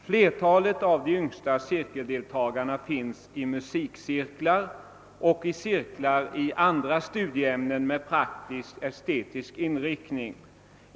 Flertalet av de yngsta cirkeldeltagarna finns i musikcirklar och i cirklar i andra studieämnen med praktisk-estetisk inriktning.